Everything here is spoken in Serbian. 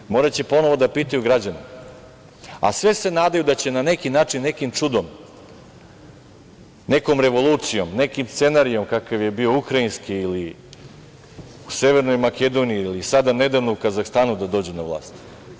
Biće mnogo teže, moraće ponovo da pitaju građane, a sve se nadaju da će na neki način, nekim čudom, nekom revolucijom, nekim scenarijom kakav je bio ukrajinski ili u Severnoj Makedoniji ili sada, nedavno, u Kazahstanu da dođu na vlast.